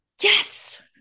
yes